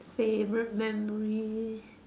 favorite memory